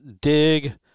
dig